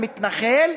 המתנחל,